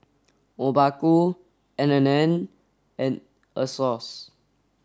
Obaku N and N and Asos